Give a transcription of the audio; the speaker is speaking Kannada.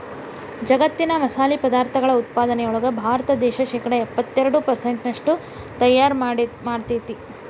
ಜಗ್ಗತ್ತಿನ ಮಸಾಲಿ ಪದಾರ್ಥಗಳ ಉತ್ಪಾದನೆಯೊಳಗ ಭಾರತ ದೇಶ ಶೇಕಡಾ ಎಪ್ಪತ್ತೆರಡು ಪೆರ್ಸೆಂಟ್ನಷ್ಟು ತಯಾರ್ ಮಾಡ್ತೆತಿ